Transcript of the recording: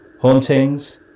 hauntings